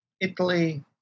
Italy